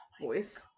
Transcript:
voice